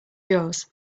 yours